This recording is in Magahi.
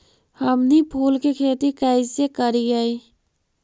हमनी फूल के खेती काएसे करियय?